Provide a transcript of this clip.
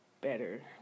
better